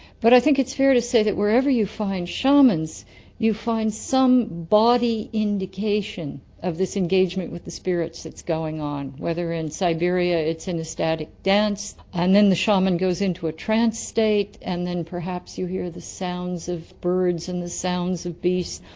but i think it's fair to say that wherever you find shamans you find some body indication of this engagement with the spirits that's going on, whether in siberia it's an ecstatic dance and then the shaman goes into a trance state and then perhaps you hear the sounds of birds and the sounds of beasts.